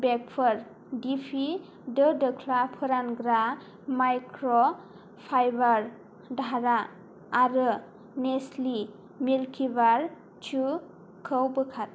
बेगफोर दिपि दो दोख्ला फोरानग्रा माइक्र'फाइबार दाह्रा आरो नेस्लि मिल्किबार चुखौ बोखार